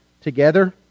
together